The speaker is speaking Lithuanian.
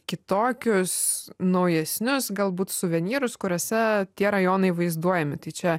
kitokius naujesnius galbūt suvenyrus kuriuose tie rajonai vaizduojami tai čia